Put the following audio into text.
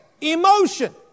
Emotion